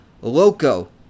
Loco